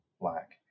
black